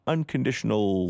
unconditional